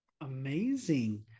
Amazing